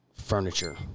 Furniture